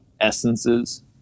essences